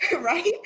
right